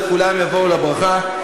וכולם יבואו על הברכה.